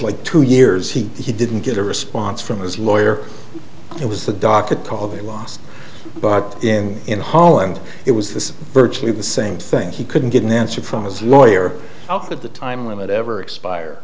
like two years he didn't get a response from his lawyer it was the docket call the last but in in holland it was this virtually the same thing he couldn't get an answer from his lawyer at the time limit ever expire